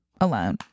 alone